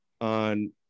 on